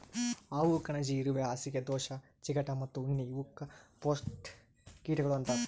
ಹಾವು, ಕಣಜಿ, ಇರುವೆ, ಹಾಸಿಗೆ ದೋಷ, ಚಿಗಟ ಮತ್ತ ಉಣ್ಣಿ ಇವುಕ್ ಪೇಸ್ಟ್ ಕೀಟಗೊಳ್ ಅಂತರ್